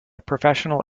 professional